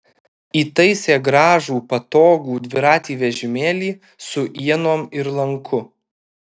įtaisė gražų patogų dviratį vežimėlį su ienom ir lanku